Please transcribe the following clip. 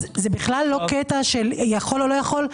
זה בכלל לא קטע של יכול או לא יכול,